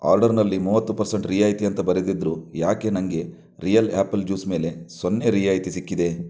ಆರ್ಡರ್ನಲ್ಲಿ ಮೂವತ್ತು ಪರ್ಸೆಂಟ್ ರಿಯಾಯಿತಿ ಅಂತ ಬರೆದಿದ್ದರೂ ಯಾಕೆ ನನಗೆ ರಿಯಲ್ ಆ್ಯಪಲ್ ಜ್ಯೂಸ್ ಮೇಲೆ ಸೊನ್ನೆ ರಿಯಾಯಿತಿ ಸಿಕ್ಕಿದೆ